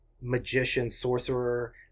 magician-sorcerer